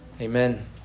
Amen